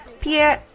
Pierre